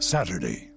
Saturday